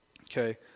Okay